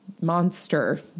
Monster